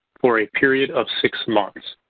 for a period of six months.